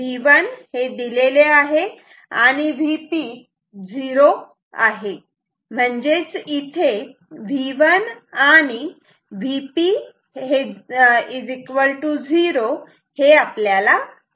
V1 हे दिलेले आहे आणि Vp 0 आहे म्हणजेच इथे V1 आणि Vp 0 हे माहित आहे